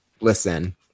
listen